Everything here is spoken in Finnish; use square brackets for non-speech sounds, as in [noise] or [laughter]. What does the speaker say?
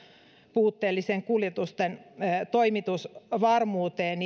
puutteelliseen kuljetusten toimitusvarmuuteen [unintelligible]